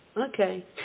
Okay